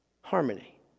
harmony